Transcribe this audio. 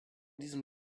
diesem